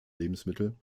lebensmittel